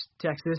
Texas